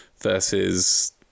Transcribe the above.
versus